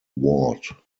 ward